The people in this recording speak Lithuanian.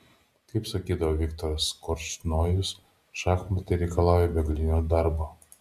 kaip sakydavo viktoras korčnojus šachmatai reikalauja begalinio darbo